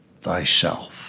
thyself